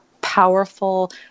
powerful